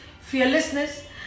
fearlessness